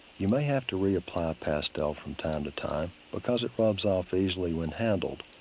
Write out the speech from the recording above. you may have to re-apply pastel from time to time because it rubs off easily when handled.